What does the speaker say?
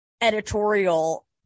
editorial